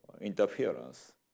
interference